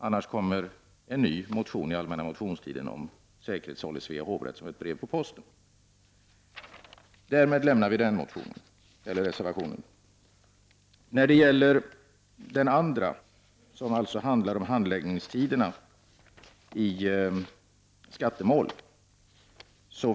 Annars kommer under allmänna motionstiden som ett brev på posten en ny motion om säkerhetssal i Svea hovrätt. Reservation 10 handlar om handläggningstiderna i skattemål.